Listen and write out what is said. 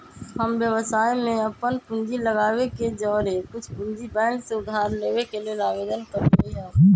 हम व्यवसाय में अप्पन पूंजी लगाबे के जौरेए कुछ पूंजी बैंक से उधार लेबे के लेल आवेदन कलियइ ह